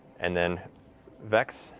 and then vex,